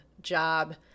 job